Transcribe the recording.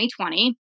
2020